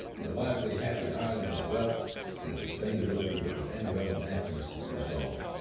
and the lively happy island of wealth and sustainability that was antebellum natchez was gone.